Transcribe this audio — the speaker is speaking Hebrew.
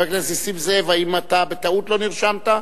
חבר הכנסת נסים זאב, האם אתה בטעות לא נרשמת?